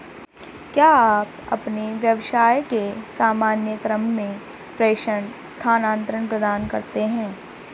क्या आप अपने व्यवसाय के सामान्य क्रम में प्रेषण स्थानान्तरण प्रदान करते हैं?